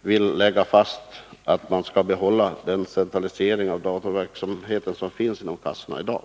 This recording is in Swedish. vill lägga fast att man skall behålla den centralisering av dataverksamheten som finns inom kassorna i dag.